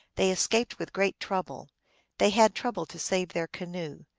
they escaped with great trouble they had trouble to save their canoe.